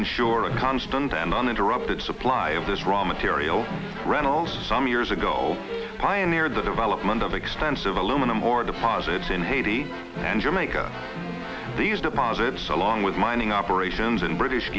ensure a constant and uninterrupted supply of this raw material reynolds some years ago pioneered the development of expensive aluminum or deposits in haiti and jamaica these deposits along with mining operations in british